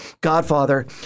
godfather